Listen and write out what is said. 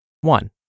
One